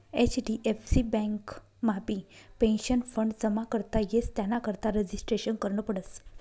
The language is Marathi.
एच.डी.एफ.सी बँकमाबी पेंशनफंड जमा करता येस त्यानाकरता रजिस्ट्रेशन करनं पडस